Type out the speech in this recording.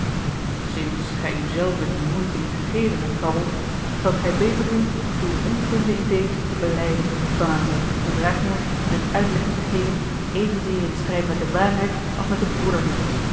gij u zelven die moeite niet gegeven hebt baron zoudt gij beter doen uwe onkunde in dezen te belijden dan aan zijne gedragingen eene uitlegging te geven evenzeer in strijd met de waarheid als met de broederliefde